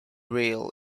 rail